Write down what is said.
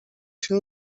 się